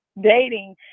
dating